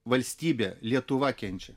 valstybė lietuva kenčia